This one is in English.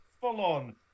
full-on